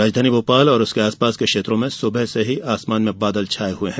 राजधानी भोपाल और उसके आसपास के क्षेत्रों में सुबह से ही आसमान में बादल छाये हुए हैं